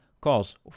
calls